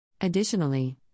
Additionally